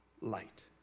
light